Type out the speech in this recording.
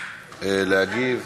להגיב.